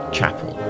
Chapel